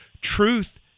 Truth